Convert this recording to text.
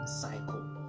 cycle